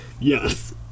Yes